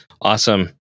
Awesome